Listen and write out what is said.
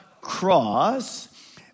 cross